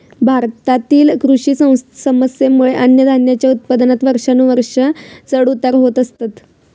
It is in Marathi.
भारतातील कृषी समस्येंमुळे अन्नधान्याच्या उत्पादनात वर्षानुवर्षा चढ उतार होत असतत